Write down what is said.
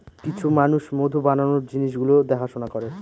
কিছু মানুষ মধু বানানোর জিনিস গুলো দেখাশোনা করে